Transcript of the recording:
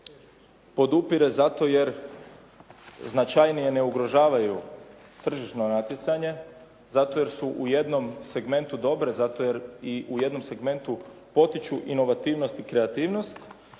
podupire zato jer značajnije ne ugrožavaju tržišno natjecanje, zato jer su u jednom segmentu dobre, zato jer i u jednom segmentu potiču inovativnost i kreativnost